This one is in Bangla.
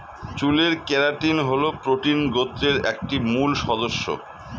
চুলের কেরাটিন হল প্রোটিন গোত্রের একটি মূল সদস্য